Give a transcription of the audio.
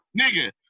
Nigga